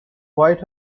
white